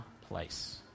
place